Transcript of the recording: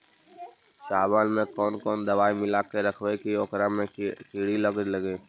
चावल में कोन दबाइ मिला के रखबै कि ओकरा में किड़ी ल लगे?